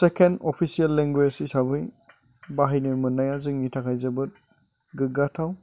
second official language हिसाबै बाहायनो मोननाया जोंनि थाखाय जोबोद गोगगाथाव